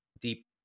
deep